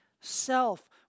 self